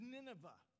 Nineveh